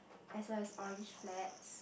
as well as orange flats